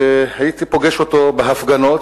הייתי פוגש אותו בהפגנות,